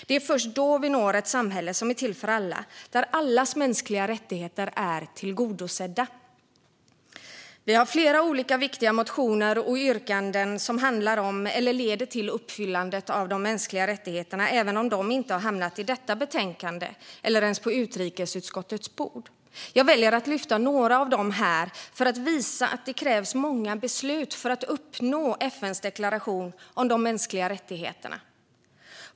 Det är först då vi når ett samhälle som är till för alla och där allas mänskliga rättigheter är tillgodosedda. Vi har flera viktiga motioner och yrkanden som handlar om eller leder till uppfyllandet av de mänskliga rättigheterna, även om de inte har hamnat i detta betänkande eller ens på utrikesutskottets bord. Jag väljer att här lyfta fram några av dem för att visa att det krävs många beslut för att man ska uppnå FN:s deklaration om de mänskliga rättigheterna.